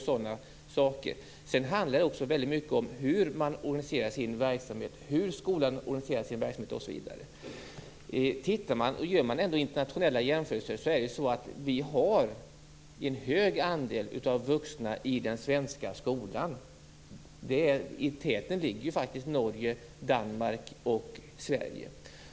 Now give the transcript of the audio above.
Sedan handlar det också väldigt mycket om hur skolan organiserar sin verksamhet. Om man gör internationella jämförelser kan man se att vi har en hög andel vuxna i den svenska skolan. I täten ligger faktiskt Norge, Danmark och Sverige.